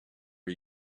are